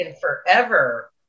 Forever